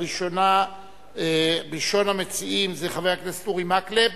ראשון המציעים הוא חבר הכנסת אורי מקלב,